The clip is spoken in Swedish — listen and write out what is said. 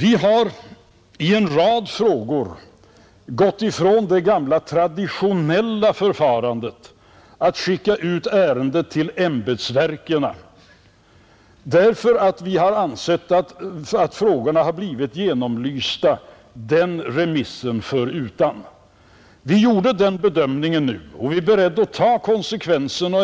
Vi har i en rad frågor gått ifrån det gamla traditionella förfarandet att skicka ut ärenden till ämbetsverken, därför att vi ansett att frågorna blivit genomlysta den remissen förutan, Vi gjorde den bedömningen nu och är beredda att ta konsekvenserna